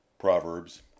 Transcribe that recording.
Proverbs